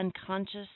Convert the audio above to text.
unconscious